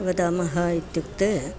वदामः इत्युक्ते